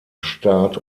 staat